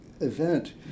event